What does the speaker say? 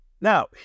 Now